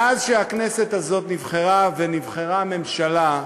מאז שהכנסת הזאת נבחרה ונבחרה ממשלה,